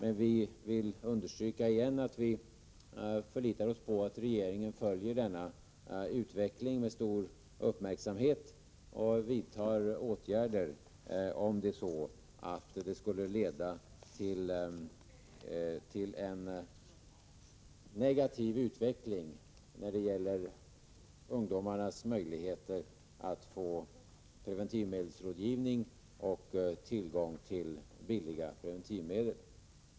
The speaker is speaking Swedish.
Vi vill emellertid på nytt understryka att vi förlitar oss på att regeringen följer detta med stor uppmärksamhet och vidtar åtgärder, om det skulle bli en negativ utveckling när det gäller ungdomarnas möjligheter att få preventivmedelsrådgivning och tillgång till billiga preventivmedel.